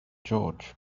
george